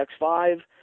X5